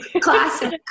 classic